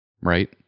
right